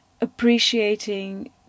appreciating